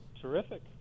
Terrific